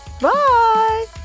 Bye